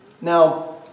Now